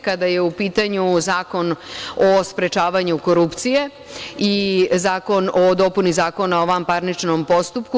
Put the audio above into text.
Kada je u pitanju Zakon o sprečavanju korupcije i Zakon o dopuni Zakona o vanparničnom postupku.